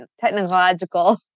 technological